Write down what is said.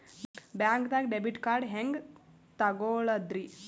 ಬ್ಯಾಂಕ್ದಾಗ debit card ಹೆಂಗ್ ತಗೊಳದ್ರಿ?